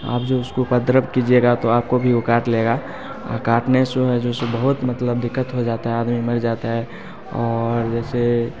आप जो है इसको उपद्रव कीजिएगा तो आपको भी वो काट लेगा और काटने से है जो उसको बहुत मतलब दिक्कत हो जाता है आदमी मर जाता है और जैसे